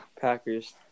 Packers